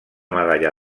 medalla